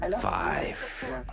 five